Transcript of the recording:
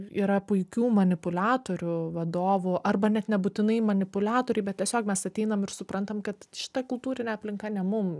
yra puikių manipuliatorių vadovų arba net nebūtinai manipuliatoriai bet tiesiog mes ateinam ir suprantam kad šita kultūrinė aplinka ne mum